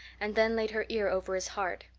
and then laid her ear over his heart.